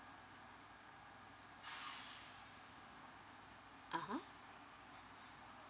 (uh huh)